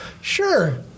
sure